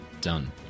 Done